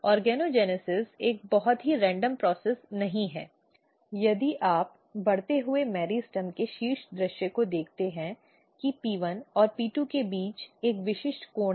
organogenesis एक बहुत ही यादृच्छिक प्रक्रिया नहीं है यदि आप बढ़ते मेरिस्टेम के शीर्ष दृश्य को देखते हैं कि P1 और P2 के बीच एक विशिष्ट कोण है